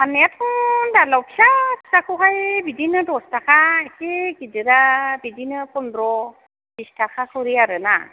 फाननायाथ' दालाव फिसा फिसाखौहाय बिदिनो दस थाखा एसे गिदिरा बिदिनो फन्द्र' बिस थाखा खरि आरो ना